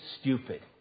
stupid